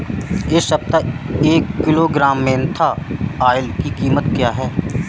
इस सप्ताह एक किलोग्राम मेन्था ऑइल की कीमत क्या है?